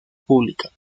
pública